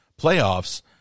playoffs